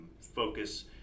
focus